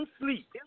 sleep